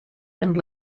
and